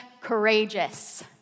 courageous